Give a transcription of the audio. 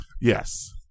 Yes